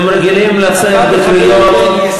והם רגילים לצאת בקריאות,